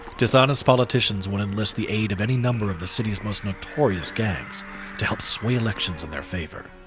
dishonest politicians would enlist the aid of any number of the city's most notorious gangs to help sway elections in their favor.